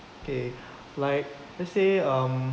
okay like let's say um